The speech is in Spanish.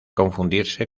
confundirse